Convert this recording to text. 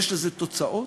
יש לזה תוצאות,